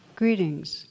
Greetings